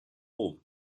rom